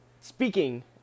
speaking